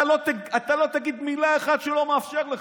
אתה לא תגיד מילה אחת שהוא לא מאפשר לך,